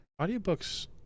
audiobooks